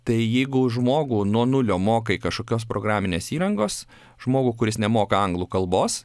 tai jeigu žmogų nuo nulio mokai kažkokios programinės įrangos žmogų kuris nemoka anglų kalbos